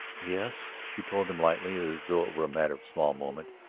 yes, she told him lightly, as though it were a matter of small moment.